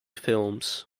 films